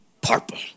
purple